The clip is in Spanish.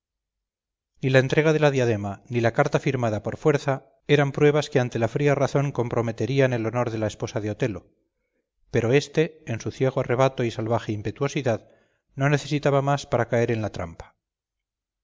ni la entrega de la diadema ni la carta firmada por fuerza eran pruebas que ante la fría razón comprometerían el honor de la esposa de otelo pero éste en su ciego arrebato y salvaje impetuosidad no necesitaba más para caer en la trampa